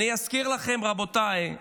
אזכיר לכם, רבותיי,